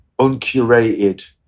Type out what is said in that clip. uncurated